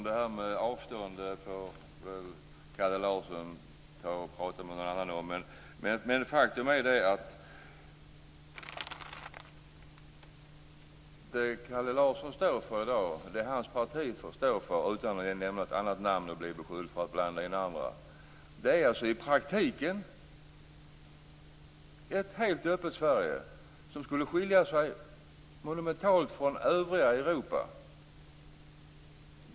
Fru talman! Faktum är att det som Kalle Larssons parti står för - utan att nämna något annat namn och behöva bli beskylld för att blanda in andra - är i praktiken ett helt öppet Sverige som skulle skilja sig monumentalt från övriga Europa.